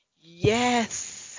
Yes